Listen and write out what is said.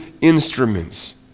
instruments